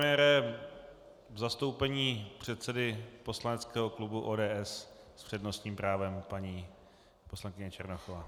V zastoupení předsedy poslaneckého klubu ODS s přednostním právem paní poslankyně Černochová.